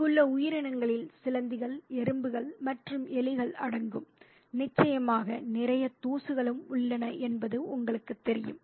அங்குள்ள உயிரினங்களில் சிலந்திகள் எறும்புகள் மற்றும் எலிகள் அடங்கும் நிச்சயமாக நிறைய தூசுகளும் உள்ளன என்பது உங்களுக்குத் தெரியும்